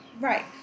Right